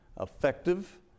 effective